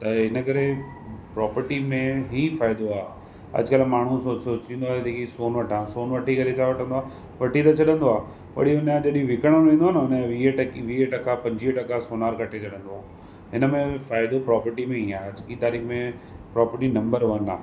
त हिन करे प्रॉपर्टी में ई फ़ाइदो आहे अॼुकल्ह माण्हू सो सोचिंदो आहे की हीअ सोन वठां सोन वठी करे छा वठंदो आहे वठी त छॾिंदो आहे वरी हुन जॾहिं विकरणो ईंदो आहे न उन वीह टके वीह टका पंजवीह टका सोनार कटे छॾिंदो आहे इनमें बि फ़ाइदो प्रॉपर्टी में ई आहे अॼु जी तारीख़ में प्रॉपर्टी नंबर वन आहे